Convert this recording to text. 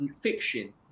fiction